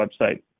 website